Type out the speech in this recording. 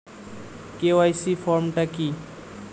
KYC form টা কি?